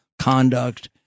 conduct